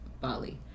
Bali